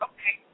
Okay